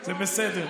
זה בסדר.